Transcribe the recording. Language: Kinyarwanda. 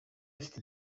ifite